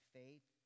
faith